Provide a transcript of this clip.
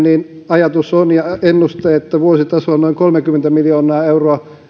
ajatus ja ennuste on että vuositasolla noin kolmekymmentä miljoonaa euroa